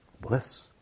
Bliss